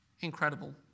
Incredible